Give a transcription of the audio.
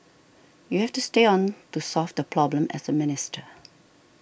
you have to stay on to solve the problem as a minister